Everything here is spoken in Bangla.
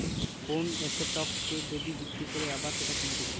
কোন এসেটকে যদি বিক্রি করে আবার সেটা কিনতেছে